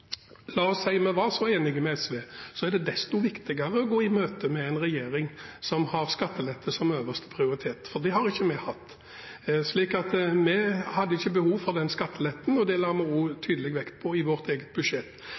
La oss si at vi var enige med SV, men da er det for et lite parti desto viktigere å gå en regjering som har skattelette som øverste prioritet, i møte, for det har ikke vi hatt. Vi hadde ikke behov for den skatteletten, og det la vi også tydelig vekt på i vårt eget budsjett.